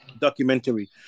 documentary